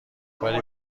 کاری